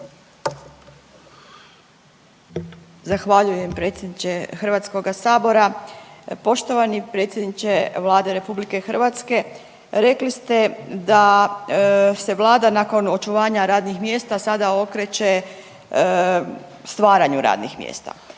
Zahvaljujem predsjedniče HS-a, poštovani predsjedniče Vlade RH, rekli ste da se Vlada nakon očuvanja radnih mjesta sada okreće stvaranju radnih mjesta